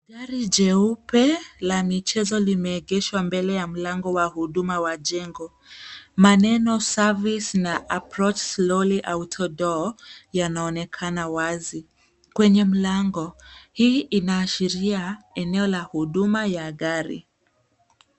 Gari jeupe la michezo limeegeshwa mbele ya mlango wa huduma wa jengo. Maneno Service na Approach slowly Auto Door yanaonekana wazi kwenye mlango hii inaashiria eneo la huduma ya gari .